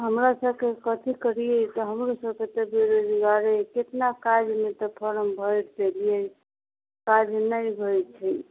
हमरासबके कथी करिए हमरो सबके तऽ बेरोजगारे कतना काजमे तऽ फोरम भरि देलिए काज नहि होइ छै